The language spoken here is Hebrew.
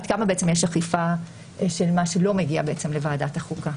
עד כמה יש אכיפה של מה שלא מגיע לוועדת החוקה.